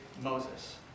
Moses